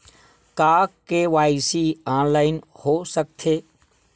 का KYC online हो सकथे?